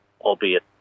albeit